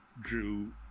drew